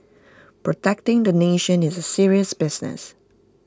protecting the nation is serious business